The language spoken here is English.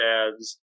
ads